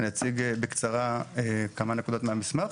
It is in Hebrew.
אני אציג בקצרה כמה נקודות מהמסמך.